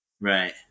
right